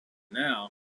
now